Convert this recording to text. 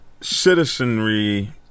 citizenry